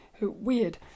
weird